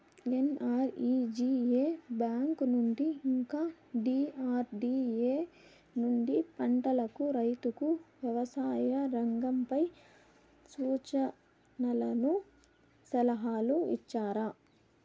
NREGA bank నుండి ఇంకా డి.ఆర్.డి.ఎ నుండి పంటలకు రైతుకు వ్యవసాయ రంగంపై సూచనలను సలహాలు ఇచ్చారా